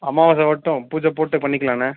அமாவாசை வரட்டும் பூஜை போட்டு பண்ணிக்கலாண்ண